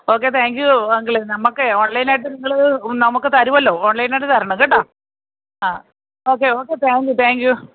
okay thank you uncle നമുക്കേ online ആയിട്ട് നിങ്ങൾ നമുക്ക് തരുമല്ലോ ഓൺലൈൻ ആയിട്ട് തരണം കേട്ടോ ആ okay okay thank you thank U